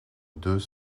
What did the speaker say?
deux